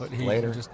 later